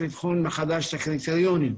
היה לך מאמץ בכיוון של הקמת הוועדה הזאת.